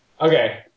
Okay